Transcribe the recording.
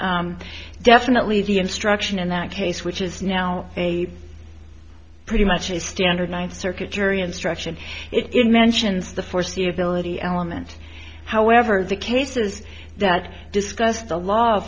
did definitely the instruction in that case which is now a pretty much a standard ninth circuit jury instruction it mentions the foreseeability element however the cases that discuss the law